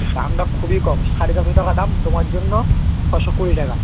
এর দামটা খুবই কম সাড়ে ছশো টাকা দাম তোমার জন্য ছশো কুড়ি টাকা